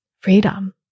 freedom